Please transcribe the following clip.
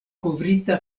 kovrita